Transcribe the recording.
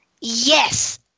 Yes